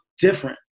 different